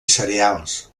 cereals